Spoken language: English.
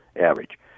average